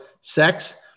sex